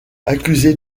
accusé